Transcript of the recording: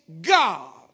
God